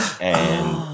and-